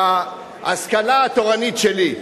בהשכלה התורנית שלי,